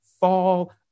fall